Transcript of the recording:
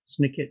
Snicket